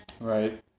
Right